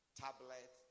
tablet